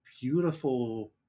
beautiful